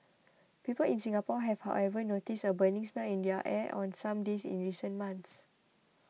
people in Singapore have however noticed a burning smell in their air on some days in recent months